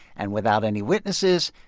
and without any witnesses,